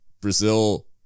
Brazil